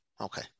okay